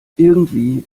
irgendwie